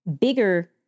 bigger